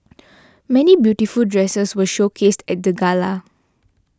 many beautiful dresses were showcased at the gala